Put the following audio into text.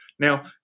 Now